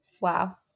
wow